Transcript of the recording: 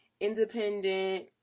independent